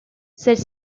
celle